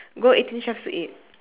go eighteen chefs to eat